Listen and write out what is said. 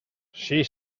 she